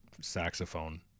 saxophone